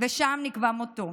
ושם נקבע מותו.